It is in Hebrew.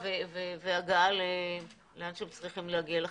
הרבה מאוד אנשים אכפת להם מאוד מהדבר הזה.